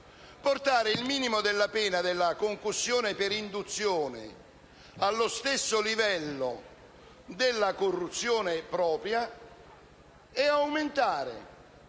portare il minimo della pena della concussione per induzione allo stesso livello della corruzione propria e aumentare